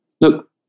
look